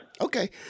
Okay